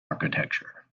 architecture